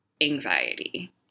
anxiety